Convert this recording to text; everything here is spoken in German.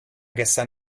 gestern